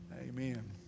Amen